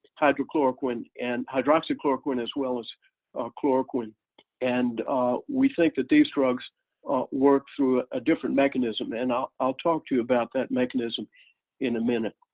hydrochloroquine, and hydroxychloroquine, as well as chloroquine and we think that these drugs work through a different mechanism, and i'll i'll talk to you about that mechanism in a minute.